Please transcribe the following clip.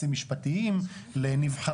אין דברים